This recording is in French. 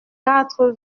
quatre